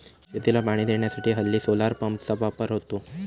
शेतीला पाणी देण्यासाठी हल्ली सोलार पंपचा वापर होतो